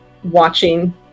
Watching